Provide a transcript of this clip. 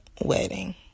wedding